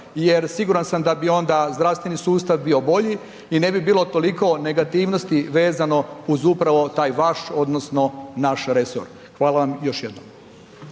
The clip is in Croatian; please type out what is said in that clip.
jer siguran sam da bi onda zdravstveni sustav bio bolji i ne bi bilo toliko negativnosti vezano uz upravo taj vaš odnosno naš resor. Hvala vam još jednom.